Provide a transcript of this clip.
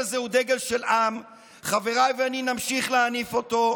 חבר הכנסת מלביצקי.